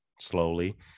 slowly